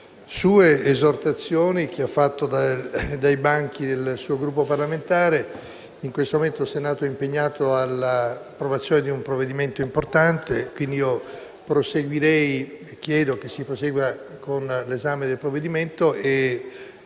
delle esortazioni che sono venute dai banchi del suo Gruppo parlamentare. Infatti, in questo momento il Senato è impegnato nell’approvazione di un provvedimento importante, per cui io chiedo che si prosegua con l’esame di tale provvedimento.